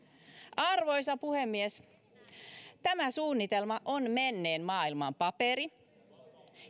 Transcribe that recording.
arvoisa puhemies tämä suunnitelma on menneen maailman paperi